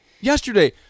yesterday